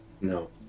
No